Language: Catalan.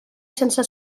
sense